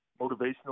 motivational